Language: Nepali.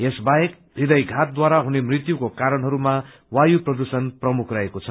यस बाहेक हृदयघातद्वारा हुने मृत्युको कारणहरूमा वायु प्रदूषण प्रमुख रहेको छ